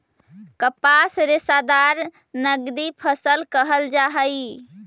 कपास रेशादार नगदी फसल कहल जा हई